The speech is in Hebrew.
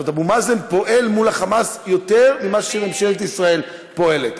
אבו מאזן פועל מול ה"חמאס" יותר ממה שממשלת ישראל פועלת.